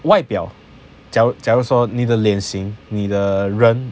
外表假如假如说你的脸型你的人